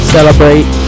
Celebrate